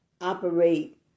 operate